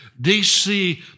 DC